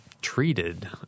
treated